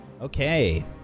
Okay